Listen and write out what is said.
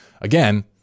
again